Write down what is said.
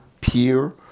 peer